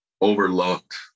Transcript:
overlooked